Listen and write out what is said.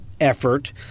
effort